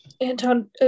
Anton